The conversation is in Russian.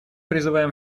призываем